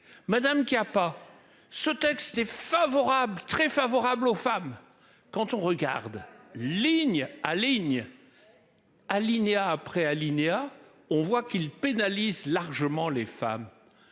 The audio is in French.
madame qui a pas ce texte est favorable, très favorable aux femmes. Quand on regarde, ligne à ligne. Alinéa après Alinéa on voit qu'ils pénalisent largement les femmes.